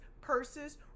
purses